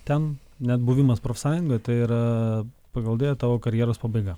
ten net buvimas profsąjungoje tai yra pagal idėją tavo karjeros pabaiga